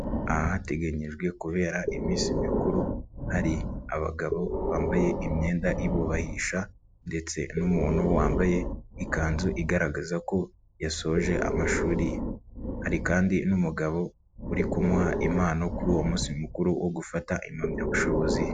Aha hateganyijwe kubera iminsi mikuru, hari abagabo bambaye imyenda ibubahisha ndetse n'umuntu wambaye ikanzu igaragaza ko yasoje amashuri hari kandi n'umugabo uri kumuha impano kuri uwo munsi mukuru wo gufata impamyabushobozi.